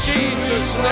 Jesus